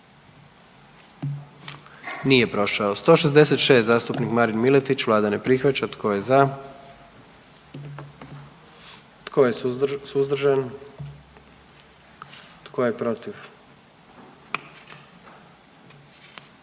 44. Kluba zastupnika SDP-a, vlada ne prihvaća. Tko je za? Tko je suzdržan? Tko je protiv?